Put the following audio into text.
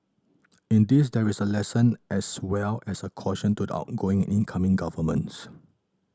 in this there is a lesson as well as a caution to the outgoing and incoming governments